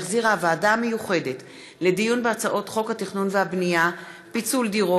שהחזירה הוועדה המיוחדת לדיון בהצעות חוק התכנון והבנייה (פיצול דירות),